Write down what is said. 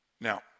Now